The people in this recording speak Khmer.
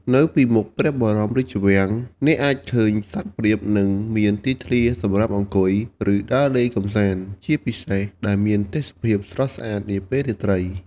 នៅពីមុខព្រះបរមរាជវាំង អ្នកអាចឃើញសត្វព្រាប និងមានទីធ្លាសម្រាប់អង្គុយ ឬដើរលេងកម្សាន្ត ជាពិសេសដែលមានទេសភាពស្រស់ស្អាតនាពេលពេលរាត្រី។